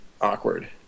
awkward